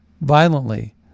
violently